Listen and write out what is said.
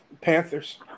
Panthers